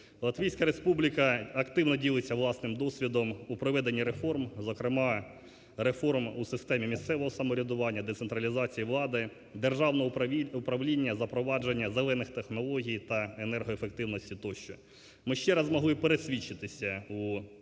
Латвійська Республіка активно ділиться власним досвідом у проведенні реформ, зокрема, реформ у системі місцевого самоврядування, децентралізації влади, державного управління, запровадження "зелених" технологій та енергоефективності, тощо. Ми ще раз могли пересвідчитися у